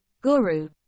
Guru